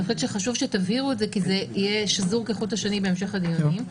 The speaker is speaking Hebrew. חשוב שתבהירו את זה כי זה יהיה שזור כחוט השני בהמשך הדיונים.